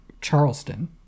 Charleston